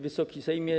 Wysoki Sejmie!